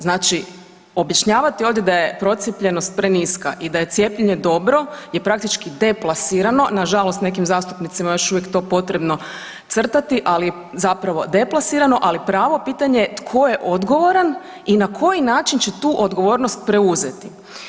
Znači objašnjavati ovdje da je procijepljenost preniska i da je cijepljenje dobro je praktički deplasirano, nažalost, nekim zastupnicima je to još uvijek potrebno crtati ali zapravo deplasirano, ali pravo pitanje je tko je odgovoran i na koji način će tu odgovornost preuzeti.